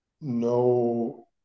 no